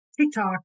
TikTok